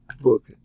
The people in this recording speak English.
Book